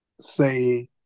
say